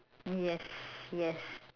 yes yes